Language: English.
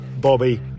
Bobby